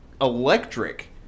electric